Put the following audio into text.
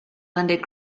landed